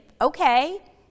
okay